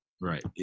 Right